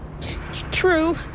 True